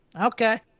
okay